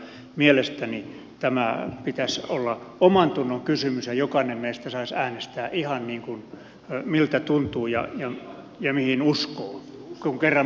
mielestäni tämän pitäisi olla omantunnon kysymys ja jokainen meistä saisi äänestää ihan niin miltä tuntuu ja mihin uskoo kun kerran ministeri sanoi että tämä on uskon asia